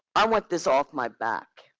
i want this off my back.